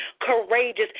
courageous